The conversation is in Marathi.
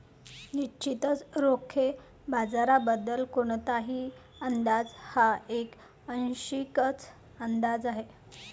निश्चितच रोखे बाजाराबद्दल कोणताही अंदाज हा एक आंशिक अंदाज आहे